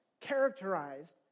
characterized